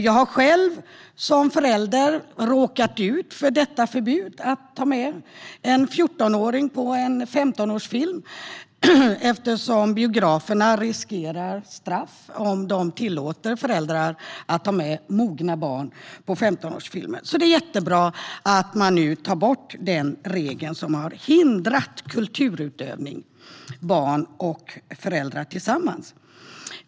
Jag har själv som förälder råkat ut för förbudet mot att ta med en fjortonåring till en film med femtonårsgräns. Biograferna riskerar straff om de tillåter föräldrar att ta med mogna barn till filmer med femtonårsgräns. Det är jättebra att man nu tar bort den regel som hindrar kulturutövning för barn och föräldrar tillsammans.